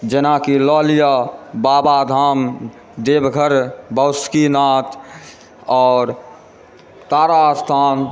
जेनाकि लऽ लिय बाबा धाम देवघर बासुकीनाथ आओर तारा स्थान